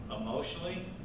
emotionally